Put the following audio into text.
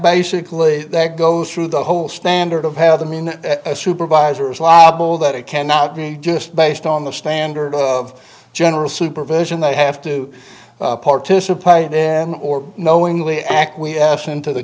basically that goes through the whole standard of have them in a supervisor is liable that it cannot be just based on the standard of general supervision they have to participate then or knowingly acquiesce into the